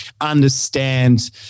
understand